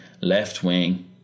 left-wing